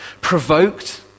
provoked